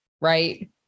right